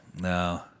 No